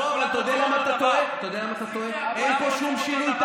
אתה מבין את הספינים שלכם?